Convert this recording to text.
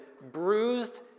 bruised